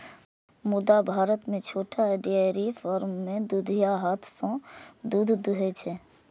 मुदा भारत मे छोट डेयरी फार्म मे दुधिया हाथ सं दूध दुहै छै